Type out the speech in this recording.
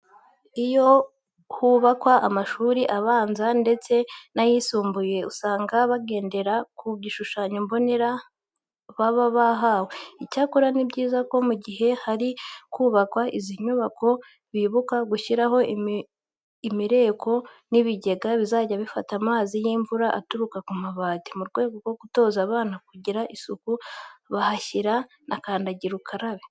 Iyo hubakwa amashuri abanza ndetse n'ayisumbuye usanga bagendera ku gishushanyo mbonera baba bahawe. Icyakora ni byiza ko mu gihe hari kubakwa izi nyubako bibuka gushyiraho imireko n'ibigega bizajya bifata amazi y'imvura aturuka ku mabati. Mu rwego rwo gutoza abana kugira isuku bahashyira na kandagira ukarabe.